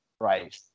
right